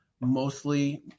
mostly